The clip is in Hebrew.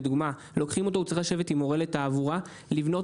לדוגמה הוא צריך לשבת עם מורה לתעבורה ולבנות